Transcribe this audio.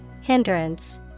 Hindrance